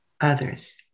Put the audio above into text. others